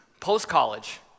Post-college